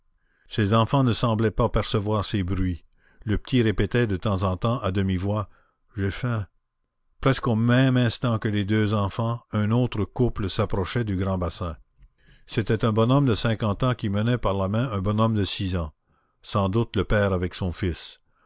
ces enfants ne semblaient pas percevoir ces bruits le petit répétait de temps en temps à demi-voix j'ai faim presque au même instant que les deux enfants un autre couple s'approchait du grand bassin c'était un bonhomme de cinquante ans qui menait par la main un bonhomme de six ans sans doute le père avec son fils